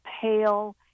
pale